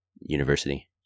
university